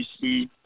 see